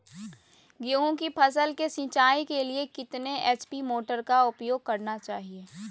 गेंहू की फसल के सिंचाई के लिए कितने एच.पी मोटर का उपयोग करना चाहिए?